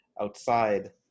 outside